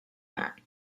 that